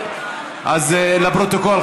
אז לפרוטוקול,